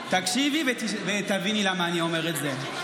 תקשיבי ותביני למה אני אומר את זה.